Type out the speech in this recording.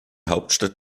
hauptstadt